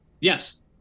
Yes